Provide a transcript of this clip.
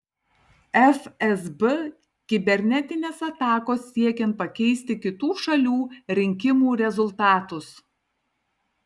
fsb kibernetinės atakos siekiant pakeisti kitų šalių rinkimų rezultatus